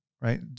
right